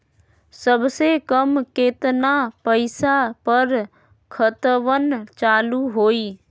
सबसे कम केतना पईसा पर खतवन चालु होई?